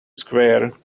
square